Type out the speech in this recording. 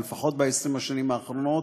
אבל לפחות ב-20 השנים האחרונות,